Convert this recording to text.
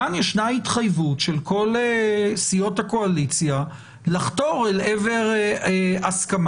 כאן ישנה התחייבות של כל סיעות הקואליציה לחתור אל עבר הסכמה.